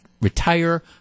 retire